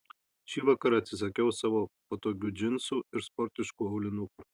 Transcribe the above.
šįvakar atsisakiau savo patogių džinsų ir sportiškų aulinukų